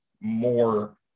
more